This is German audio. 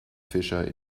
fischer